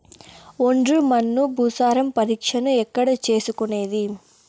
ఒండ్రు మన్ను భూసారం పరీక్షను ఎక్కడ చేసుకునేది?